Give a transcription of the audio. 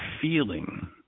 feeling